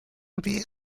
wie